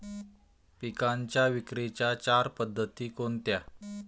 पिकांच्या विक्रीच्या चार पद्धती कोणत्या?